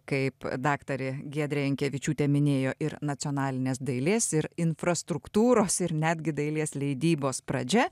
kaip daktarė giedrė jankevičiūtė minėjo ir nacionalinės dailės ir infrastruktūros ir netgi dailės leidybos pradžia